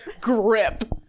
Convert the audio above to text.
Grip